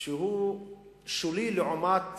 שהוא שולי לעומת